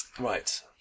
Right